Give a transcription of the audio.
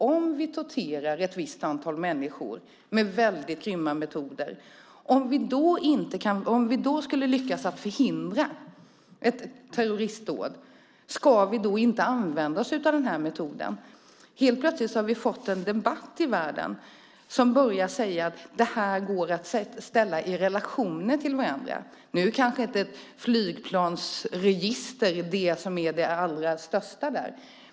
Om vi torterar ett visst antal människor med grymma metoder och om vi då skulle lyckas förhindra ett terroristdåd - ska vi då inte använda oss av den metoden? Helt plötsligt har vi fått en debatt i världen där man börjar säga att det här går att ställa i relation till varandra. Flygregister är kanske inte det som är det allra största där.